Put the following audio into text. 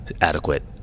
adequate